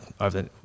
over